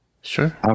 Sure